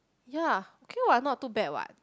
ya okay what not too bad what